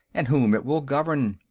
and whom it will govern.